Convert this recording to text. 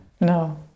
No